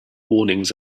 warnings